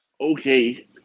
Okay